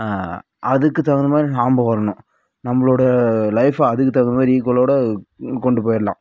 அதுக்குத் தகுந்த மாதிரி நாம் வரணும் நம்மளோடய லைஃபை அதுக்கு தகுந்த மாதிரி ஈக்குவலோடய கொண்டு போயிடலாம்